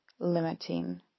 limiting